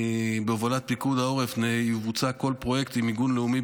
בהובלת פיקוד העורף יבוצע כל פרויקט למיגון לאומי,